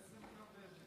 איזה מיליון רעבים?